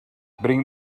bring